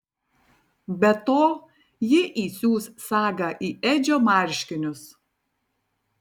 be to ji įsius sagą į edžio marškinius